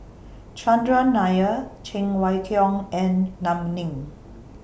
Chandran Nair Cheng Wai Keung and Lam Ning